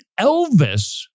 Elvis